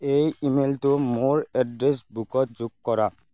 এই ই মেইলটো মোৰ এড্ৰেছ বুকত যোগ কৰা